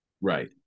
Right